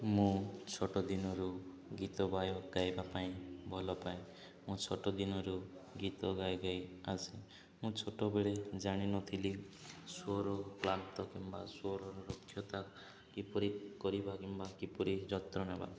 ମୁଁ ଛୋଟ ଦିନରୁ ଗୀତ ଗାଏ ଗାଇବା ପାଇଁ ଭଲ ପାଏ ମୁଁ ଛୋଟ ଦିନରୁ ଗୀତ ଗାଇ ଗାଇ ଆସେ ମୁଁ ଛୋଟବେଳେ ଜାଣିନଥିଲି ସ୍ୱର କ୍ଲାନ୍ତ କିମ୍ବା ସ୍ୱରର ରକ୍ଷତା କିପରି କରିବା କିମ୍ବା କିପରି ଯତ୍ନ ନେବା